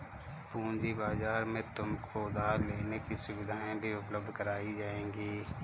पूँजी बाजार में तुमको उधार लेने की सुविधाएं भी उपलब्ध कराई जाएंगी